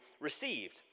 received